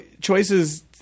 choices